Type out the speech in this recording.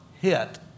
hit